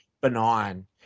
benign